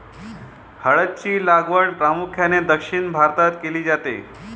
हळद ची लागवड प्रामुख्याने दक्षिण भारतात केली जाते